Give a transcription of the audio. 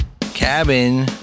cabin